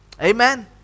Amen